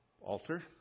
altar